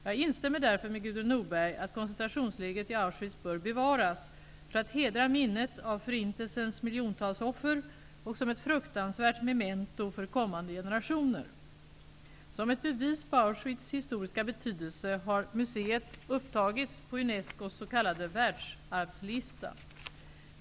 Jag instämmer därför med Gudrun Norberg att koncentrationslägret i Auschwitz bör bevaras -- för att hedra minnet av förintelsens miljontals offer och som ett fruktansvärt memento för kommande generationer. Som ett bevis på Auschwitz historiska betydelse har museet upptagits på Unescos s.k. världsarvslista.